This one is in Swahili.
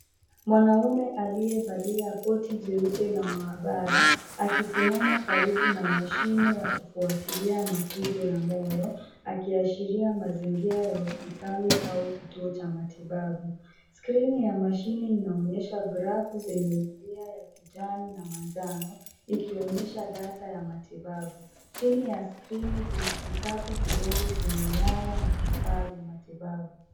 Mwanaume aliyevalia koti jeupe la maabara akisimama karibu na mashine ya kufuatilia mapigo ya moyo akiashiria mazingira ya hospitali au kituo cha matibabu. Skrini ya mashine inaonyesha grafu zenye milia ya kijani na manjano ikionyesha data ya matibabu. Chini ya skrini kuna kikapu kidogo chenye nyaya na vifaa vya matibabu.